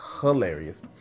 hilarious